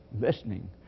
listening